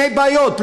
שני בעיות,